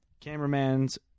Cameraman's